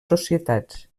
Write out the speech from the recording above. societats